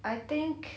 I think